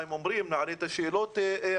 נשמע מה הם אומרים ונעלה את השאלות הנדרשות.